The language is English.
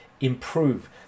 improve